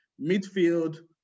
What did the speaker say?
Midfield